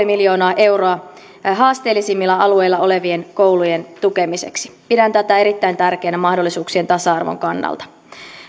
miljoonaa euroa haasteellisimmilla alueilla olevien koulujen tukemiseksi pidän tätä erittäin tärkeänä mahdollisuuksien tasa arvon kannalta